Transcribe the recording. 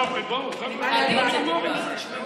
חבר'ה, בואו נגמור עם זה.